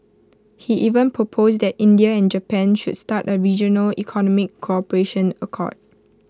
he even proposed that India and Japan should start A regional economic cooperation accord